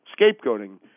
scapegoating